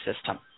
system